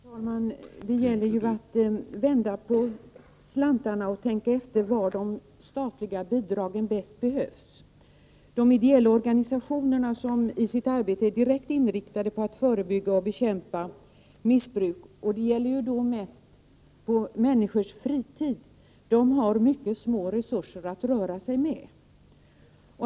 Herr talman! Det gäller att vända på slantarna och tänka efter var de statliga bidragen bäst behövs. De ideella organisationerna, som i sitt arbete är direkt inriktade på att förebygga och bekämpa missbruk har mycket små resurser att röra sig med.